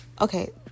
okay